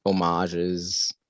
homages